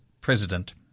president